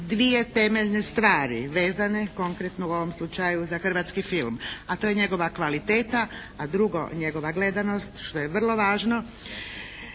dvije temeljne stvari vezane konkretno u ovom slučaju za hrvatski film, a to je njegova kvaliteta, a drugo njegova gledanost što je vrlo važno